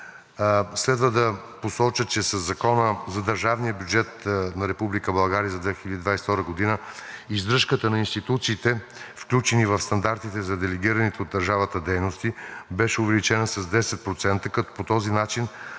следва да посоча, че със Закона за държавния бюджет на Република България за 2022 г. издръжката на институциите, включени в стандартите за делегираните от държавата дейност, беше увеличена с 10%, като по този начин